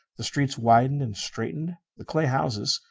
the street widened and straightened. the clay houses,